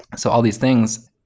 so, all these things,